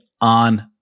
on